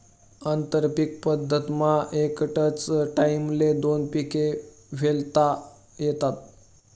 आंतरपीक पद्धतमा एकच टाईमले दोन पिके ल्हेता येतस